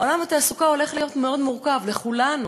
עולם התעסוקה הולך להיות מאוד מורכב לכולנו,